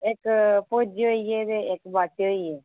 इक खोजी होई गे न ते इक बाटे होई गे